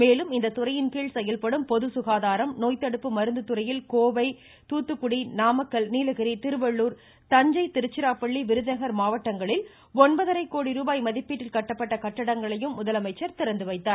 மேலும் இத்துறையின் கீழ் செயல்படும் பொது சுகாதாரம் நோய் தடுப்பு மருந்து துறையில் கோவை தூத்துக்குடி நாமக்கல் நீலகிரி திருவள்ளுர் தஞ்சை திருச்சிராப்பள்ளி விருதுநகர் மாவட்டங்களில் ஒன்பதரை கோடி ருபாய் மதிப்பீட்டில் கட்டப்பட்ட கட்டிடங்களையும் முதலமைச்சர் திறந்துவைத்தார்